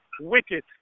wicked